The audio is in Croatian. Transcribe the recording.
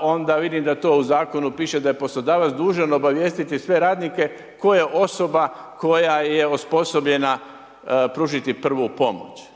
Onda vidim da to u zakonu piše da je poslodavac dužan obavijestiti sve radnike koje osoba koja je osposobljena pružiti prvu pomoć.